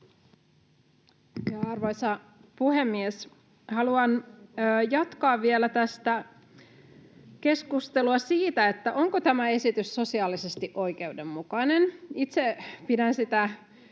Arvoisa puhemies! Haluan jatkaa vielä tätä keskustelua siitä, onko tämä esitys sosiaalisesti oikeudenmukainen. Itse pidän sitä